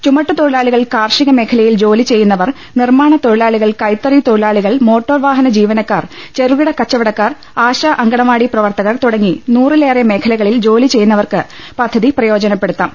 ചുമട്ടുതൊഴിലാളികൾ ക്യാർഷിക്മേഖലയിൽ ജോലി ചെയ്യു ന്നവർ നിർമാണ തൊഴിലാളികൾ കൈത്തറി തൊഴിലാളികൾ മോട്ടോർവാഹന ജീവനക്കാർ ചെറുകിട കച്ചവടക്കാർ ആശാ അങ്കണവാടി പ്രവർത്തകർ തുടങ്ങി നൂറിലേറെ മേഖലകളിൽ ജോലി ചെയ്യുന്നിവർക്ക് പദ്ധതി പ്രയോജപ്പെടുത്താം